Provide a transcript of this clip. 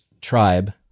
tribe